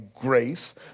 grace